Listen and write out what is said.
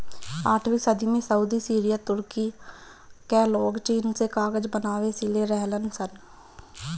आठवीं सदी में सऊदी, सीरिया, तुर्की कअ लोग चीन से कागज बनावे सिले रहलन सन